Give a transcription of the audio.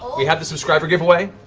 we have the subscriber giveaway.